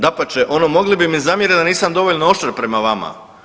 Dapače, ono mogli bi mi zamjeriti da nisam dovoljno oštar prema vama.